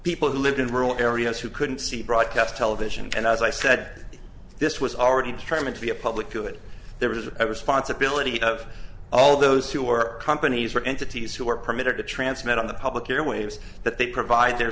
people who lived in rural areas who couldn't see broadcast television and as i said this was already determined to be a public good there was a responsibility of all those who were companies or entities who were permitted to transmit on the public airwaves that they provide their